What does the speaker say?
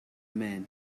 man